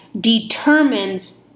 determines